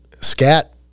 scat